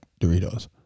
Doritos